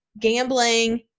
gambling